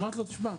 אמרתי לו 'תשמע,